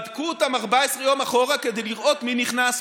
בדקו אותם 14 יום אחורה כדי לראות מי נכנס,